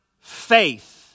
faith